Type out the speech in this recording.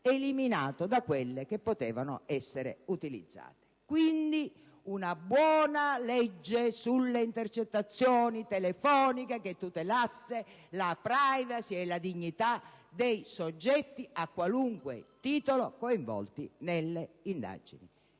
eliminato da quelle che potevano essere utilizzate. Quindi, una buona legge sulle intercettazioni telefoniche che tutelasse la *privacy* e la dignità dei soggetti a qualunque titolo coinvolti nelle indagini.